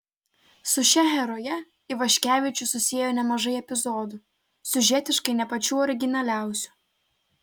su šia heroje ivaškevičius susiejo nemažai epizodų siužetiškai ne pačių originaliausių